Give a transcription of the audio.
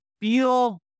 feel